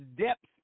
depth